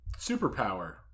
Superpower